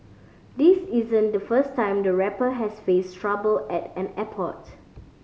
this isn't the first time the rapper has faced trouble at an airport